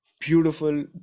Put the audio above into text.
beautiful